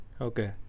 Okay